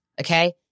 okay